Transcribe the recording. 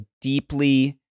deeply